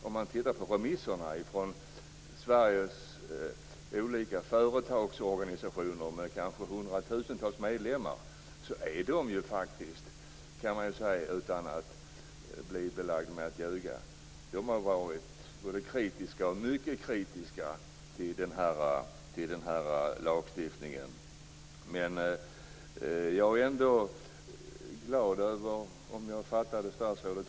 Om man ser på remissvar från Sveriges olika företagsorganisationer med hundratusentals medlemmar kan man säga, utan att bli beskylld för att ljuga, att de har varit mycket kritiska till denna lagstiftning. Jag är glad över det som statsrådet sade.